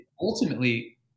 ultimately